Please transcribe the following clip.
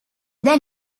then